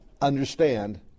understand